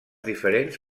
diferents